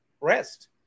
rest